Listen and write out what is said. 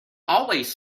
always